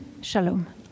shalom